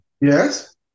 Yes